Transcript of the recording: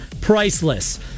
priceless